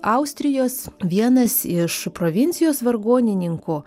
austrijos vienas iš provincijos vargonininko